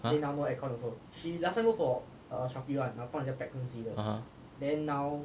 !huh! (uh huh)